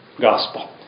gospel